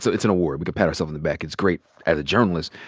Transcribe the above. so it's an award. we could pat ourselves on the back. it's great as a journalist.